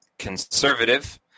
conservative